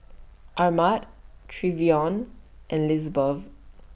Armand Trevion and Lisbeth